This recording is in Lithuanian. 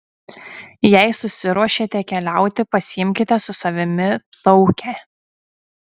jei susiruošėte keliauti pasiimkite su savimi taukę